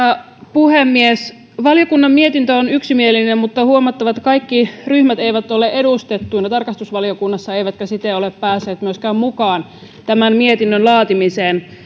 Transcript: puhemies valiokunnan mietintö on yksimielinen mutta on huomattava että kaikki ryhmät eivät ole edustettuina tarkastusvaliokunnassa eivätkä siten ole myöskään päässeet mukaan tämän mietinnön laatimiseen